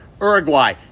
Uruguay